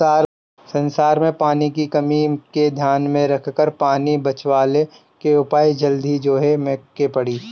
संसार में पानी के कमी के ध्यान में रखकर पानी बचवले के उपाय जल्दी जोहे के पड़ी